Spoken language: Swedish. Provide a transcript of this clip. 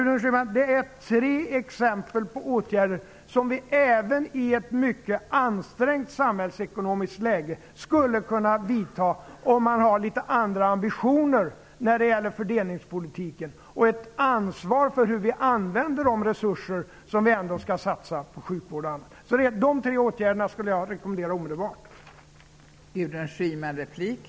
Detta är tre exempel på åtgärder som vi även i ett mycket ansträngt samhällsekonomiskt läge skulle kunna vidta om det fanns litet andra ambitioner när det gäller fördelningspolitiken och ett ansvar för hur vi använder de resurser som vi ändå skall satsa på sjukvård och annat. Jag rekommenderar att de tre åtgärderna vidtas omedelbart.